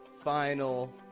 final